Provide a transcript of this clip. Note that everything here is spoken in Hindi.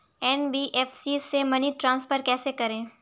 एन.बी.एफ.सी से मनी ट्रांसफर कैसे करें?